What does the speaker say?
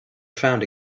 found